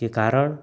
के कारण